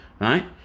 Right